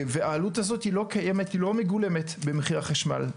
והעלות הזאת לא מגולמת במחיר החשמל.